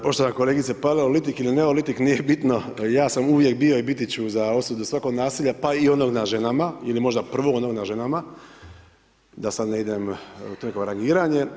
Poštovana kolegice, paleolitik ili neolitik nije bitno, ja sam uvijek bio i biti ću za osudu svakog nasilja pa i onog nad ženama ili možda prvog onog na ženama, da sad ne idem u to neko rangiranje.